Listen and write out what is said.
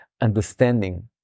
understanding